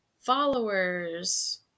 followers